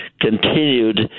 continued